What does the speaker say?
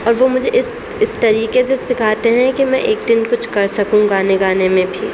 اور وہ مجھے اس اس طریقے سے سکھاتے ہیں کہ میں ایک دن کچھ کر سکوں گانے گانے میں بھی